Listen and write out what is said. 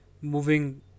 moving